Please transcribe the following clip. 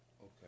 Okay